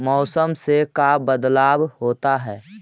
मौसम से का बदलाव होता है?